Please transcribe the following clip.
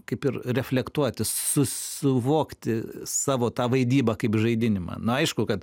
kaip ir reflektuoti suvokti savo tą vaidybą kaip žaidinimą na aišku kad